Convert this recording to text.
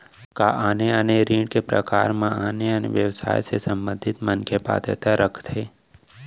का आने आने ऋण के प्रकार म आने आने व्यवसाय से संबंधित मनखे पात्रता रखथे?